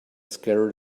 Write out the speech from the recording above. scared